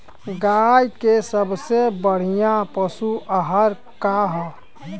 गाय के सबसे बढ़िया पशु आहार का ह?